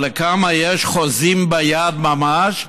אבל לכמה יש חוזים ביד ממש?